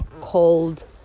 called